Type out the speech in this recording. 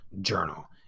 Journal